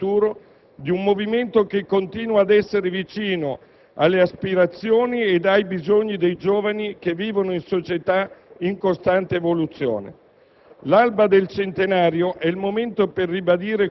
ma soprattutto per far conoscere la visione sul futuro di un movimento che continua ad essere vicino alle aspirazioni ed ai bisogni dei giovani che vivono in società in costante evoluzione.